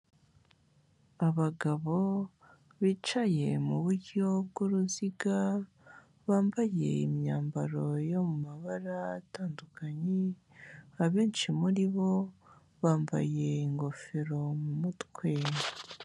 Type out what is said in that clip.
Abagabo bicaye mu buryo bw'uruziga, bambaye imyambaro yo mu mabara atandukanye, abenshi muri bo bambaye ingofero mu mutwe.